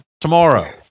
Tomorrow